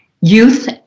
youth